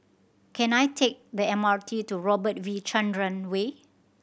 can I take the M R T to Robert V Chandran Way